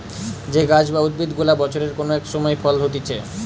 যে গাছ বা উদ্ভিদ গুলা বছরের কোন এক সময় ফল হতিছে